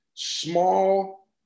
Small